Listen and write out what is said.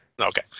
Okay